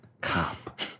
Cop